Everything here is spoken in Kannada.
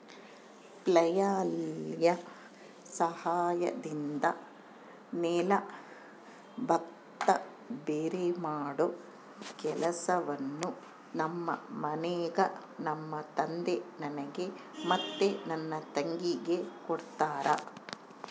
ಫ್ಲ್ಯಾಯ್ಲ್ ಸಹಾಯದಿಂದ ನೆಲ್ಲು ಭತ್ತ ಭೇರೆಮಾಡೊ ಕೆಲಸವನ್ನ ನಮ್ಮ ಮನೆಗ ನಮ್ಮ ತಂದೆ ನನಗೆ ಮತ್ತೆ ನನ್ನ ತಂಗಿಗೆ ಕೊಡ್ತಾರಾ